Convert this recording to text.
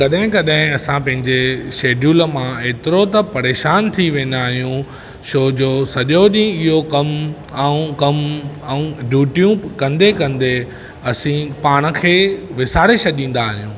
कॾहिं कॾहिं असां पंहिंजे शिड्यूल मां एतिरो त परेशानु थी वेन्दा आहियूं छो जो सॾियो ॾींहुं इहो कमु ऐं कमु ऐं ड्यूटीयूं कन्दे कन्दे असीं पाण खे विसारे छॾीन्दा आहियूं